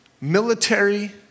military